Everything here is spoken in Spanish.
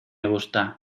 gusta